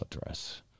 address